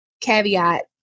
caveat